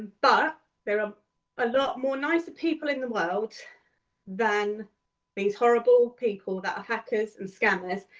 but there are a lot more nicer people in the world than these horrible people that are hackers and scammers.